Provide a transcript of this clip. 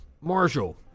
Marshall